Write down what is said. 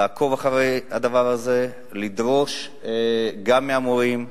לעקוב אחר הדבר הזה, לדרוש גם מהמורים,